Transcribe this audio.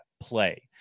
play